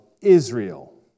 Israel